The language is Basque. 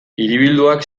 hiribilduak